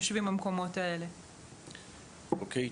אוקיי.